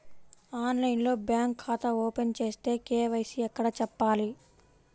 ఆన్లైన్లో బ్యాంకు ఖాతా ఓపెన్ చేస్తే, కే.వై.సి ఎక్కడ చెప్పాలి?